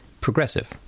progressive